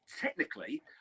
Technically